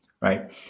right